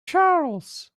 charles